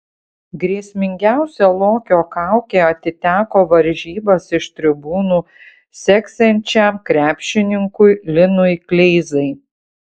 grėsmingiausia lokio kaukė atiteko varžybas iš tribūnų seksiančiam krepšininkui linui kleizai